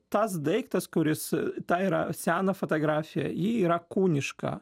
tas daiktas kuris tai yra sena fotografija ji yra kūniška